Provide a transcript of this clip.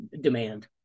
demand